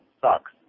sucks